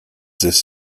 this